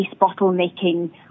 bottlenecking